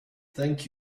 thank